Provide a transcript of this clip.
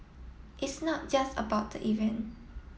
is not just about the event